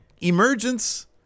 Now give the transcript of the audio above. emergence